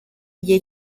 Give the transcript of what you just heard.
igihe